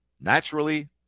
naturally